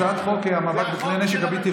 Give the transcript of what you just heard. זה החוק של הממשלה הקודמת.